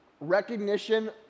Recognition